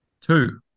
Two